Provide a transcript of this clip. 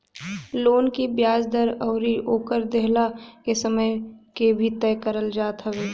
loan के बियाज दर अउरी ओकर देहला के समय के भी तय करल जात हवे